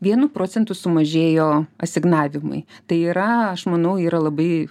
vienu procentu sumažėjo asignavimui tai yra aš manau yra labai